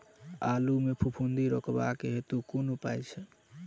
आलु मे फफूंदी रुकबाक हेतु कुन उपाय छै?